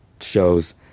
shows